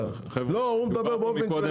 לא, הוא מדבר באופן כללי.